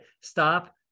Stop